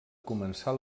començar